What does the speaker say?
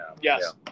Yes